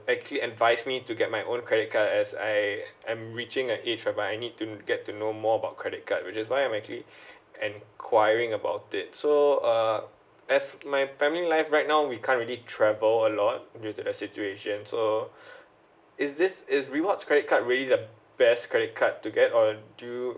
actually advise me to get my own credit card as I I'm reaching the age where I need to get to know more about credit card which is why I'm actually enquiring about it so uh that's my family life right now we can't really travel a lot due to the situation so is this is rewards credit card really the best credit card to get or do you